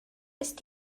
ist